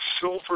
silver